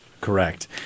correct